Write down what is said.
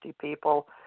people